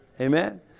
Amen